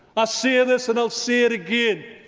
ah say ah this and i'll say it again,